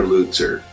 Lutzer